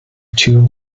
tune